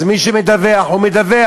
אז מי שמדווח הוא מדווח,